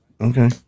Okay